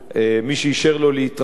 מי שאישר לו להתראיין,